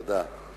תודה.